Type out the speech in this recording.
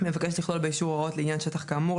מבקש לכלול באישור הוראות לעניין שטח כאמור,